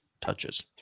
touches